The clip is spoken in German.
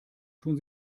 tun